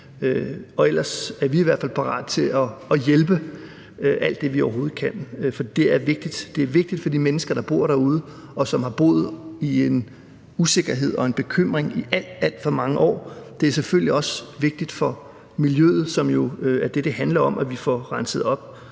Ellers er vi i hvert fald parate til at hjælpe alt det, vi overhovedet kan, for det er vigtigt for de mennesker, der bor derude, og som har boet med en usikkerhed og bekymring i alt, alt for mange år. Det er selvfølgelig også vigtigt for miljøet, som jo er det, det handler om, altså at vi får renset op